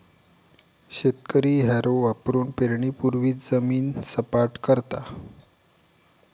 शेतकरी हॅरो वापरुन पेरणीपूर्वी जमीन सपाट करता